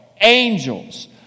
Angels